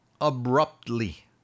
abruptly